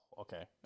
Okay